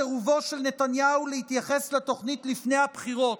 סירובו של נתניהו להתייחס לתוכנית לפני הבחירות.